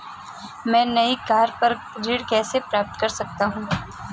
मैं नई कार पर ऋण कैसे प्राप्त कर सकता हूँ?